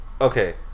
Okay